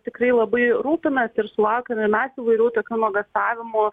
tikrai labai rūpinasi ir sulaukiame ir mes įvairių tokių nuogąstavimų